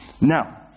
Now